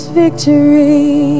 victory